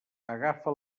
agafa